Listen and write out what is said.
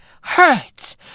hurts